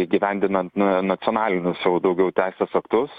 įgyvendinant nacionalinius jau daugiau teisės aktus